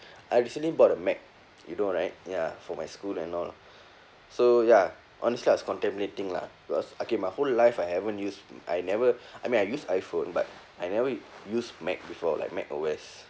I recently bought a mac you know right ya for my school and all so ya honestly I was contemplating lah because okay my whole life I haven't use I never I mean I use iphone but I never use mac before like mac O_S